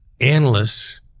Analysts